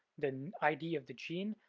the id of the gene,